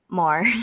more